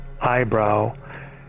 eyebrow